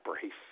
brace